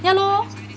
ya lor